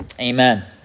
amen